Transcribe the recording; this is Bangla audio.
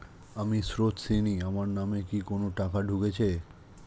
আমি স্রোতস্বিনী, আমার নামে কি কোনো টাকা ঢুকেছে?